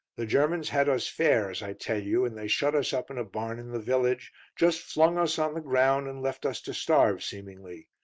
the germans had us fair, as i tell you, and they shut us up in a barn in the village just flung us on the ground and left us to starve seemingly.